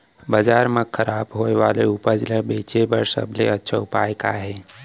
बाजार मा खराब होय वाले उपज ला बेचे बर सबसे अच्छा उपाय का हे?